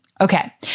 Okay